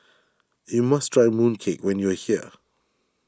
you must try Mooncake when you are here